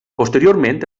posteriorment